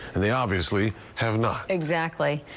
and they obviously have not. exactly.